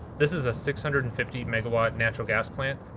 this is a six hundred and fifty megawatt natural gas plant.